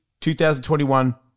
2021